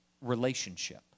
relationship